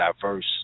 diverse